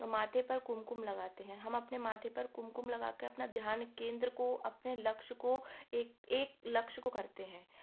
माथे पर कुमकुम लगाते हैं हम अपने माथे पर कुमकुम लगा के अपना ध्यान केंद्र को अपने लक्ष्य को एक एक लक्ष्य को करते हैं